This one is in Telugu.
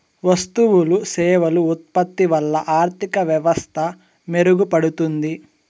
వస్తువులు సేవలు ఉత్పత్తి వల్ల ఆర్థిక వ్యవస్థ మెరుగుపడుతుంది